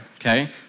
okay